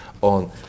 on